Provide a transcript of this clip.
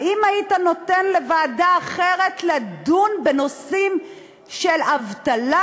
האם היית נותן לוועדה אחרת לדון בנושאים של אבטלה,